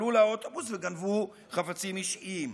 עלו לאוטובוס וגנבו חפצים אישיים,